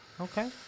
Okay